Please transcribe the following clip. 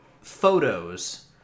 photos